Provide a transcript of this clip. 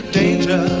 danger